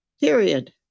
period